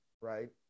right